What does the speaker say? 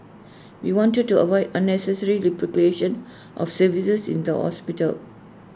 we wanted to avoid unnecessary replication of services in the hospital